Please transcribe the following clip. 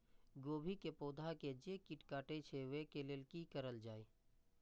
गोभी के पौधा के जे कीट कटे छे वे के लेल की करल जाय?